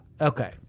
Okay